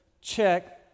Check